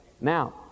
now